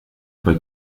bei